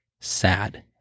sad